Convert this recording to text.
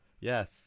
Yes